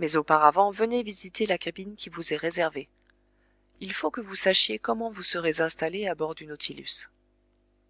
mais auparavant venez visiter la cabine qui vous est réservée il faut que vous sachiez comment vous serez installé à bord du nautilus